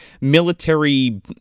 military